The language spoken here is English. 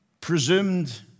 presumed